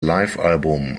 livealbum